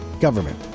government